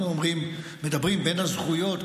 בין הזכויות,